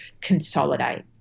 consolidate